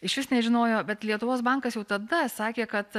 išvis nežinojo bet lietuvos bankas jau tada sakė kad